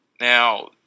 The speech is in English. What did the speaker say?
Now